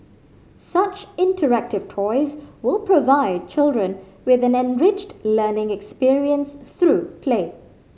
such interactive toys will provide children with an enriched learning experience through play